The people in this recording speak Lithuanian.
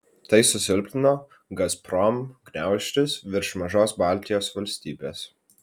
tai susilpnino gazprom gniaužtus virš mažos baltijos valstybės